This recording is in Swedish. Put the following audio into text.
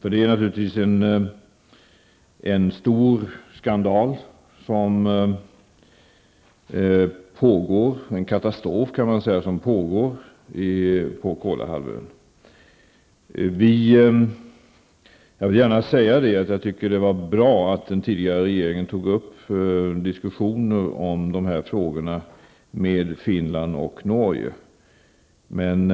För det är naturligtvis en stor skandal, en katastrof kan man säga, på Kolahalvön. Jag vill gärna säga att jag tycker att det är bra att den tidigare regeringen tog upp diskussioner om dessa frågor med Finland och Norge. Men